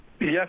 yes